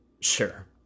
Sure